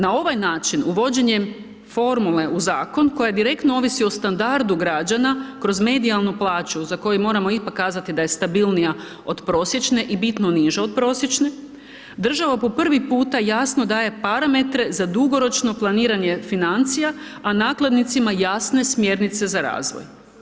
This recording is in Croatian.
Na ovaj način uvođenjem formule u Zakon koja direktno ovisi o standardu građana kroz medijalnu plaću za koji moramo ipak kazati da je stabilnija od prosječne i bitno niža od prosječne, država po prvi puta jasno daje parametre za dugoročno planiranje financija, a nakladnicima jasne smjernice za razvoj.